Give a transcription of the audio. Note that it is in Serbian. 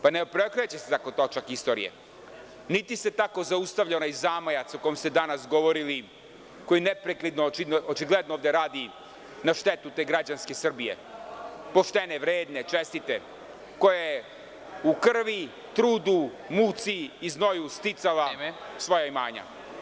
Pa, ne preokreće se tako točak istorije, niti se tako zaustavlja onaj zamajac o kome ste danas govorili, koji neprekidno očigledno ovde radi na štetu te građanske Srbije, poštene, vredne, čestite, koja je u krvi, trudu, muci i znoju sticala svoja imanja.